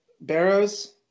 Barrow's